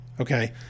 okay